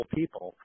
people